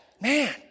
Man